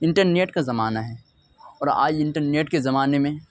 internet کا زمانہ ہے اور آج انٹرنیٹ کے زمانے میں